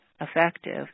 effective